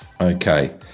Okay